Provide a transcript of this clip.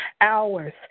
hours